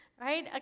right